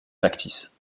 factice